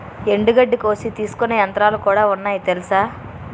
ఎండుగడ్డి కోసి తీసుకునే యంత్రాలుకూడా ఉన్నాయి తెలుసా?